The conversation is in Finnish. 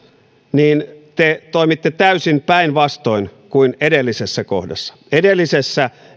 niin te toimitte täysin päinvastoin kuin edellisessä kohdassa edellisessä